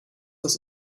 das